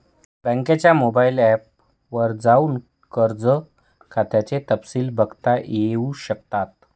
बँकेच्या mobile app वर जाऊन कर्ज खात्याचे तपशिल बघता येऊ शकतात